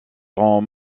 rend